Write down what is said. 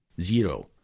zero